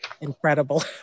incredible